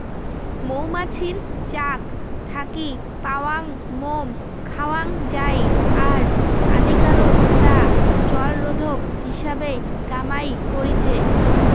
মৌমাছির চাক থাকি পাওয়াং মোম খাওয়াং যাই আর আদিকালত তা জলরোধক হিসাবে কামাই করিচে